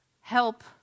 Help